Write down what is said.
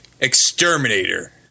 Exterminator